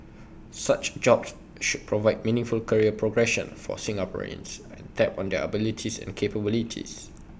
such jobs should provide meaningful career progression for Singaporeans and tap on their abilities and capabilities